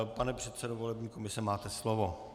Pane předsedo volební komise, máte slovo.